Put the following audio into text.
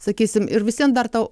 sakysim ir vis vien dar ta